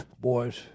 boys